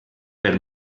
per